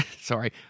Sorry